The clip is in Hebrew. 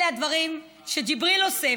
אלה הדברים שג'יבריל עושה,